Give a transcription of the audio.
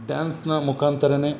ಡ್ಯಾನ್ಸಿನ ಮುಖಾಂತರನೆ